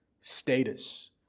status